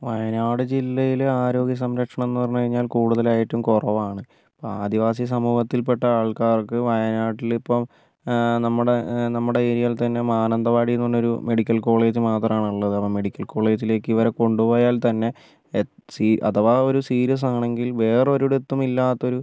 വയനാട് ജില്ലയിൽ ആരോഗ്യ സംരക്ഷണംന്ന് പറഞ്ഞുകഴിഞ്ഞാൽ കുടുതലായിട്ടും കുറവാണ് ആദിവാസി സമൂഹത്തിൽപ്പെട്ട ആൾക്കാർക്ക് വായനാട്ടിലിപ്പം നമ്മുടെ നമ്മുടെ ഏരിയയിൽ തന്നെ മാനന്തവാടിന്ന് പറഞ്ഞൊരു മെഡിക്കൽ കോളേജ് മാത്രമാണുള്ളത് അപ്പം മെഡിക്കൽ കോളേജിലേക്ക് ഇവരെ കൊണ്ടുപോയാൽ തന്നെ എച്ച് സി അഥവാ ഒരു സീരിയസ് ആണെങ്കിൽ വേറൊരിടത്തും ഇല്ലാത്തൊരു